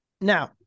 Now